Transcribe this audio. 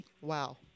Wow